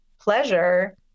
pleasure